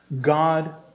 God